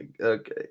Okay